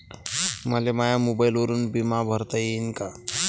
मले माया मोबाईलवरून बिमा भरता येईन का?